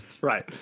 Right